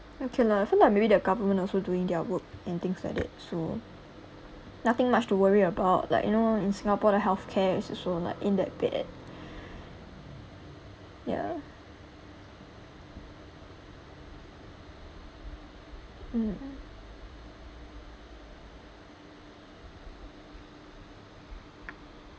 okay lah I feel like maybe the government also doing their work and things like that so nothing much to worry about like you know in singapore the health care is also like ain't that bad ya mm